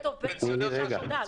פנסיונר של השירות הציבורי.